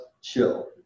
chill